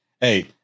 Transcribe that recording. hey